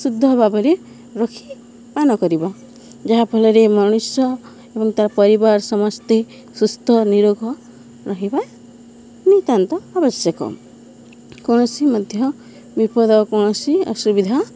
ଶୁଦ୍ଧ ଭାବରେ ରଖିପାନ କରିବ ଯାହାଫଳରେ ମଣିଷ ଏବଂ ତା ପରିବାର ସମସ୍ତେ ସୁସ୍ଥ ନିରୋଗ ରହିବା ନିତ୍ୟାନ୍ତ ଆବଶ୍ୟକ କୌଣସି ମଧ୍ୟ ବିପଦ କୌଣସି ଅସୁବିଧା